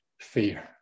fear